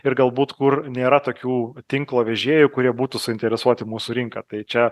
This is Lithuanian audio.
ir galbūt kur nėra tokių tinklo vežėjų kurie būtų suinteresuoti mūsų rinką tai čia